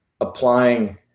applying